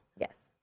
Yes